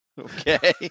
okay